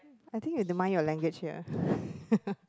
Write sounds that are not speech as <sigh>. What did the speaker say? I think you have to mind your language here <laughs>